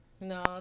No